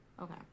Okay